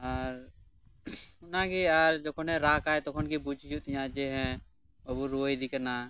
ᱟᱨ ᱚᱱᱟᱜᱮ ᱟᱨ ᱡᱚᱠᱷᱚᱱᱮ ᱨᱟᱜᱟᱭ ᱛᱚᱷᱚᱱ ᱜᱮ ᱵᱩᱡᱽ ᱦᱩᱭᱩᱜ ᱛᱤᱧᱟ ᱡᱮ ᱦᱮᱸ ᱟᱨᱚ ᱨᱩᱣᱟᱹᱭᱮᱫᱮ ᱠᱟᱱᱟ